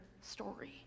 story